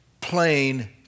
plain